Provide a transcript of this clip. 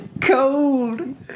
cold